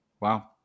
wow